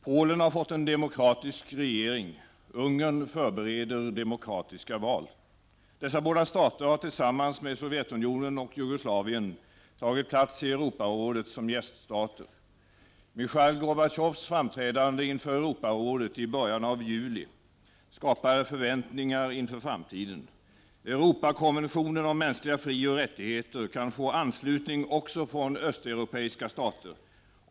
Polen har fått en demokratisk regering, och Ungern förbereder demokratiska val. Dessa båda stater har tillsammans med Sovjetunionen och Jugoslavien tagit plats i Europarådet som gäststater. Michail Gorbatjovs framträdande inför Europarådet i början av juli skapar förväntningar inför framtiden. Europakonventionen om mänskliga frioch rättigheter kan få anslutning också från östeuropeiska stater.